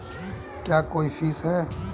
क्या कोई फीस है?